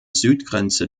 südgrenze